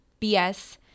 bs